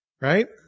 right